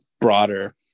broader